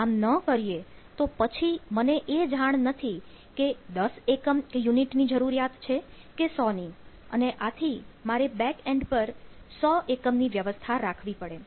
આમ ન કરીએ તો પછી મને એ જાણ નથી કે 10 એકમ ની જરૂરિયાત છે કે 100 ની અને આથી મારે બેક એન્ડ પર સો એકમ ની વ્યવસ્થા રાખવી પડે